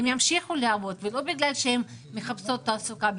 הן ימשיכו לעבוד ולא בגלל שהן מחפשות תעסוקה אלא